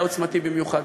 היה עוצמתי במיוחד.